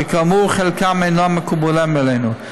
שכאמור חלקם אינם מקובלים עלינו,